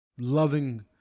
loving